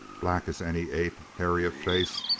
black as any ape, hairy of face,